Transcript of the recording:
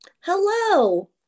Hello